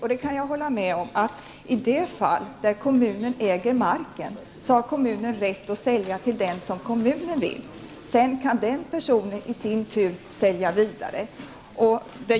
I de fall då kommunen äger marken har kommunen däremot -- det kan jag hålla med om -- rätt att sälja den till den som kommunen vill. Sedan kan den personen i sin tur sälja vidare.